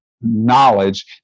knowledge